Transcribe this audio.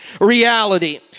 reality